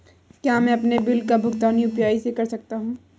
क्या मैं अपने बिल का भुगतान यू.पी.आई से कर सकता हूँ?